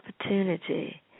opportunity